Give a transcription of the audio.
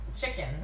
chicken